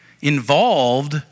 involved